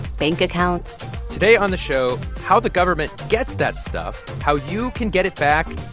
bank accounts today on the show, how the government gets that stuff, how you can get it back,